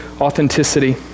authenticity